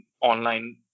online